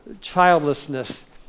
childlessness